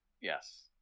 Yes